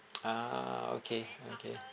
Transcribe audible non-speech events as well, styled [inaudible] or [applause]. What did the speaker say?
[noise] ah okay okay